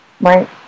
right